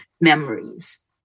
memories